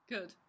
Good